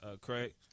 Craig